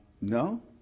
No